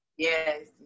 Yes